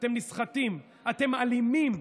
אתם נסחטים, אתם אלימים.